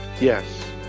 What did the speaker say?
yes